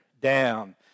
down